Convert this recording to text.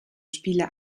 spieler